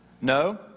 No